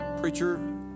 preacher